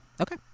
Okay